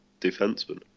defenseman